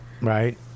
Right